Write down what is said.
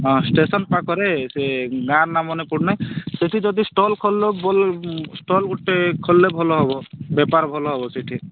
ହଁ ଷ୍ଟେସନ୍ ପାଖରେ ସେ ଗାଁର ନାମ ମନେପଡ଼ୁନି ସେଠି ଯଦି ଷ୍ଟଲ୍ ଖୋଲିଲେ ଷ୍ଟଲ୍ ଗୋଟେ ଖୋଲିଲେ ଭଲ ହେବ ବେପାର ଭଲ ହେବ ସେଠି